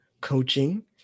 coaching